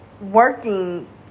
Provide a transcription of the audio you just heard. working